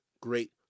great